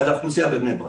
איך אתם תעשו את הבדיקות?